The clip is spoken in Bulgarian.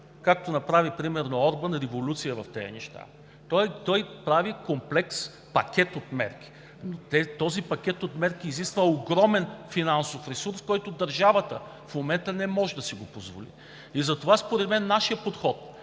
както направи примерно Орбан – революция в тези неща. Той прави комплекс, пакет от мерки, който изисква огромен финансов ресурс, който държавата в момента не може да си позволи. Затова според мен нашият подход